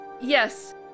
Yes